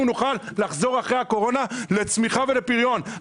נוכל לחזור אחרי הקורונה לצמיחה ולפריון.